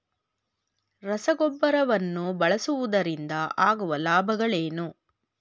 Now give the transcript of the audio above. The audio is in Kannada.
ರಸಗೊಬ್ಬರವನ್ನು ಬಳಸುವುದರಿಂದ ಆಗುವ ಲಾಭಗಳೇನು?